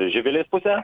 živilės pusę